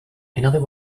another